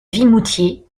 vimoutiers